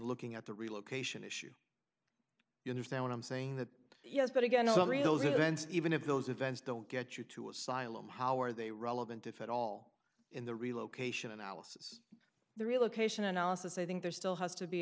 looking at the relocation issue you understand what i'm saying that yes but again i mean those events even if those events don't get you to asylum how are they relevant if at all in the relocation analysis the relocation analysis i think there still has to be